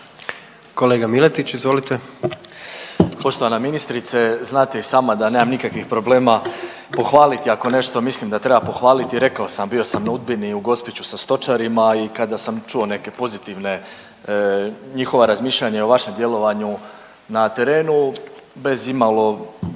**Miletić, Marin (MOST)** Poštovana ministrice znate i sama da nemam nikakvih problema pohvaliti ako nešto mislim da treba pohvaliti i rekao sam bio sam na Udbini i u Gospići sa stočarima i kada sam čuo neke pozitivne, njihova razmišljanja o vašem djelovanju na terenu bez imalo